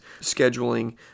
scheduling